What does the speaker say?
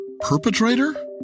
Perpetrator